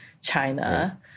China